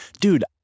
dude